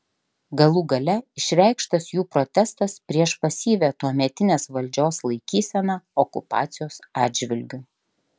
galų gale išreikštas jų protestas prieš pasyvią tuometinės valdžios laikyseną okupacijos atžvilgiu